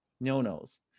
no-nos